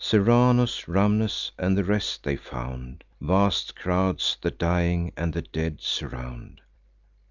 serranus, rhamnes, and the rest, they found vast crowds the dying and the dead surround